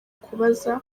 kubaza